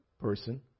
person